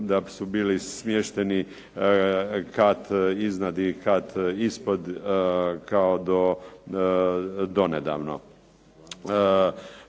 da su bili smješteni kat iznad i kat ispod kao donedavno.